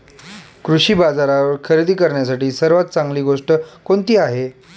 कृषी बाजारावर खरेदी करण्यासाठी सर्वात चांगली गोष्ट कोणती आहे?